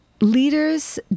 Leaders